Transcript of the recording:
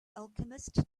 alchemist